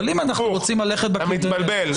אתה מתבלבל.